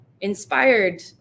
inspired